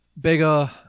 Bigger